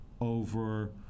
over